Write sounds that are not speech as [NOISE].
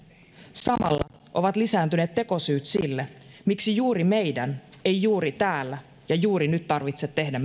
samalla ovat lisääntyneet tekosyyt sille miksi juuri meidän ei juuri täällä ja juuri nyt tarvitse tehdä [UNINTELLIGIBLE]